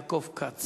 חבר הכנסת יעקב כץ.